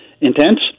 intense